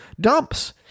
dumps